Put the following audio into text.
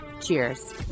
Cheers